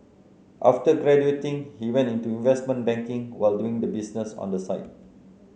after graduating he went into investment banking while doing the business on the side